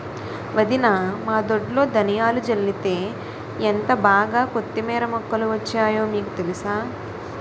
వదినా మా దొడ్లో ధనియాలు జల్లితే ఎంటబాగా కొత్తిమీర మొక్కలు వచ్చాయో మీకు తెలుసా?